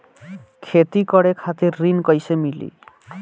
खेती करे खातिर ऋण कइसे मिली?